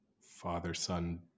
father-son